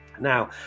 Now